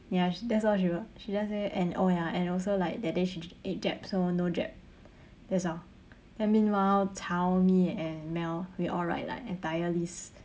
ya she that's all she wrote she just say and oh ya and also like that day she ate jap so no jap that's all then meanwhile cao me and mel we all write like entire list